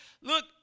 look